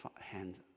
hand